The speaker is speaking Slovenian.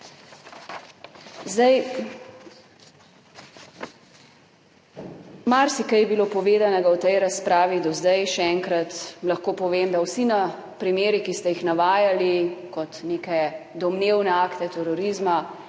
Zdaj, marsikaj je bilo povedanega v tej razpravi do zdaj. Še enkrat lahko povem, da vsi primeri, ki ste jih navajali kot neke domnevne akte terorizma,